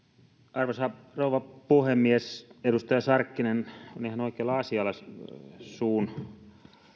arvoisa rouva puhemies edustaja sarkkinen on ihan oikealla asialla suun